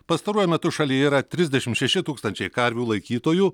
pastaruoju metu šalyje yra trisdešim šeši tūkstančiai karvių laikytojų